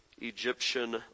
egyptian